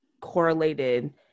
correlated